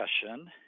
discussion